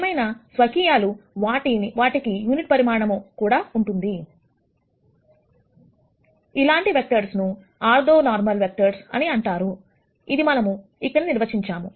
ఏమైనా స్వకీయముగా వాటికి యూనిట్ పరిమాణము కూడా ఉంటుంది అలాంటి వెక్టర్స్ ను ఆర్థోనోర్మల్ వెక్టర్స్ అని అంటారు అది మనం ఇక్కడ నిర్వచించాము